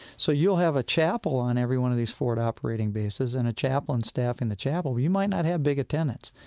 so, you'll have a chapel on every one of these forward operating bases, and a chaplain staff in the chapel, but you might not have big attendance.